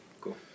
cool